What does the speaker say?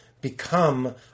become